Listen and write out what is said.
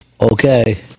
okay